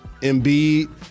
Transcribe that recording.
Embiid